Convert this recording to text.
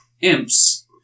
imps